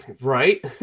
Right